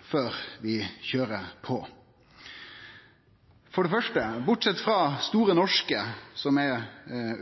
før vi køyrer på. For det første: Bortsett frå Store Norske, som er